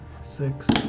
six